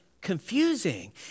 confusing